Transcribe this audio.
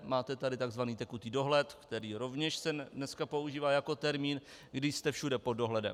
Máte tady tzv. tekutý dohled, který rovněž se dneska používá jako termín, když jste všude pod dohledem.